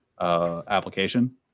application